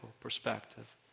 perspective